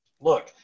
look